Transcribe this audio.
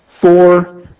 Four